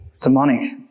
demonic